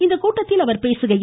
இக்கூட்டத்தில் அவர் பேசுகையில்